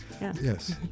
Yes